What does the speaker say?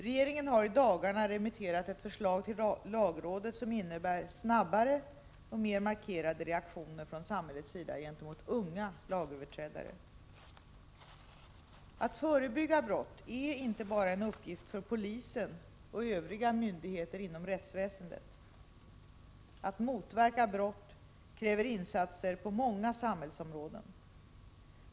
Regeringen har i dagarna remitterat ett förslag till lagrådet som innebär snabbare och mer markerade reaktioner från samhällets sida gentemot unga lagöverträdare. Att förebygga brott är inte bara en uppgift för polisen och övriga myndigheter inom rättsväsendet. Att motverka brott kräver insatser på många samhällsområden.